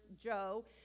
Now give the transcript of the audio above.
Joe